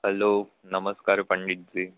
hello નમસ્કાર પંડિતજી